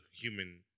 human